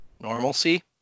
normalcy